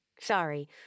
Sorry